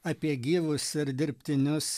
apie gyvus ir dirbtinius